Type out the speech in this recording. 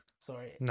sorry